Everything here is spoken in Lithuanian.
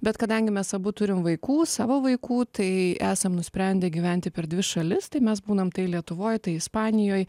bet kadangi mes abu turim vaikų savo vaikų tai esam nusprendę gyventi per dvi šalis tai mes būnam tai lietuvoj tai ispanijoj